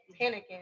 panicking